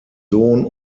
sohn